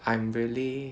I'm really